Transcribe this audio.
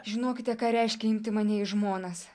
žinokite ką reiškia imti mane į žmonas